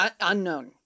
Unknown